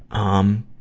um,